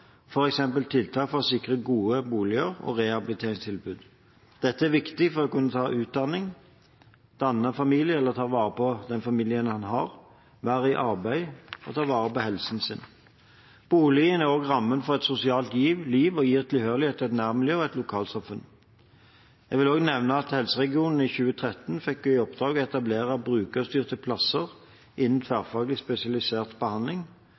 tiltak for å sikre gode boliger og rehabiliteringstilbud. Dette er viktig for å kunne ta utdanning, danne familie eller ta vare på den familien man har, være i arbeid og ta vare på helsen sin. Boligen er også rammen for et sosialt liv og gir tilhørighet til et nærmiljø og et lokalsamfunn. Jeg vil også nevne at helseregionene i 2013 fikk i oppdrag å etablere brukerstyrte plasser innen tverrfaglig spesialisert behandling.